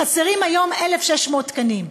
חסרים היום 1,600 תקנים,